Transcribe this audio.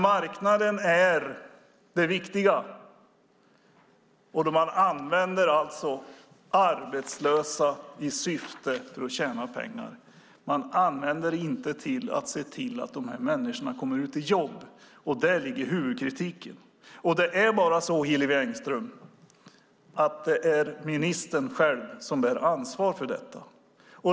Marknaden är det viktiga, och man använder arbetslösa i syfte att tjäna pengar. Man använder det inte till för att se till att dessa människor kommer ut i jobb. Där ligger huvudkritiken. Det är bara så, Hillevi Engström, att det är ministern själv som bär ansvar för detta.